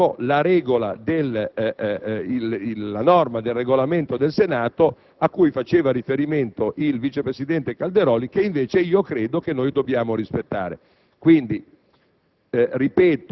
così, travolgeremmo la norma del Regolamento del Senato a cui faceva riferimento il vice presidente Calderoli che, invece credo dobbiamo rispettare. Quindi